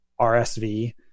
RSV